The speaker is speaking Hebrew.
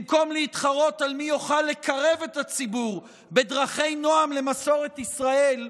במקום להתחרות על מי יוכל לקרב את הציבור בדרכי נועם למסורת ישראל,